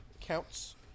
counts